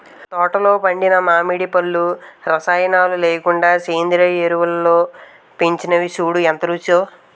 తోటలో పండిన మావిడి పళ్ళు రసాయనాలు లేకుండా సేంద్రియ ఎరువులతో పెంచినవి సూడూ ఎంత రుచో